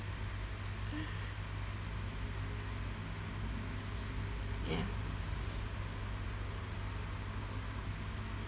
ya